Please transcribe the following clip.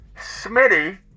Smitty